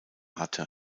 hatte